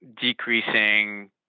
decreasing